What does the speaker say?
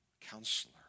counselor